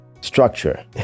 structure